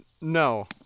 no